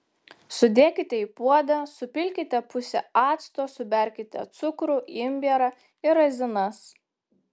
sudėkite į puodą supilkite pusę acto suberkite cukrų imbierą ir razinas